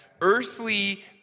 earthly